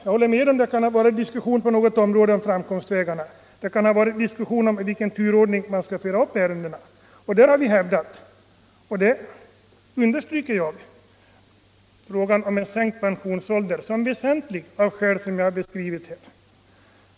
Jag håller med om att det ibland kan ha varit diskussion på något område om framkomstvägarna. Det kan ha varit diskussion om i vilken turordning man skall föra upp ärendena. Då har vi hävdat — och det understryker jag — frågan om sänkt pensionsålder som väsentlig av skäl som jag har beskrivit här.